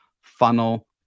funnel